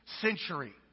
century